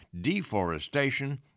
deforestation